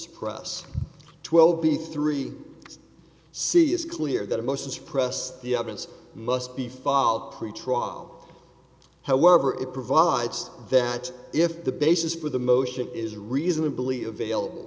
suppress twelve b three c is clear that a motion suppress the evidence must be filed pretrial however it provides that if the basis for the motion is reasonably avail